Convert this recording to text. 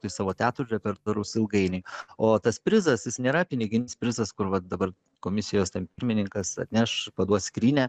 į savo teatrų repertuarus ilgainiui o tas prizas jis nėra piniginis prizas kur va dabar komisijos pirmininkas atneš paduos skrynią